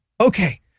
Okay